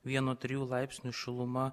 vieno trijų laipsnių šiluma